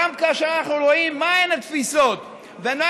גם כאשר אנחנו רואים מהן התפיסות ומה